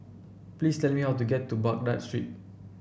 please tell me how to get to Baghdad Street